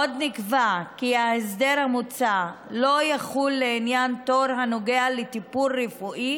עוד נקבע כי ההסדר המוצע לא יחול לעניין תור הנוגע לטיפול רפואי